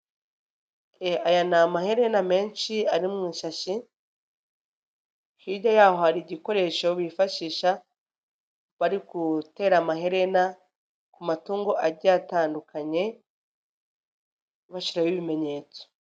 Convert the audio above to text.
Aya ni amaherena menshi ari mu shashi. Hirya y'aho hari ibikoresho bifashisha bari gutera amaherena ku matungo agiye atandukanye. Bashyiraho ibimenyetso.